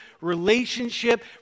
relationship